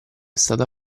stata